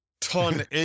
ton